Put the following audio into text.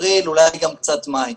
אפריל ואולי קצת מאי,